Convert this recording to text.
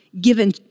given